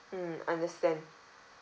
mm understand